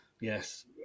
Yes